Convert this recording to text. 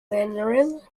mandarin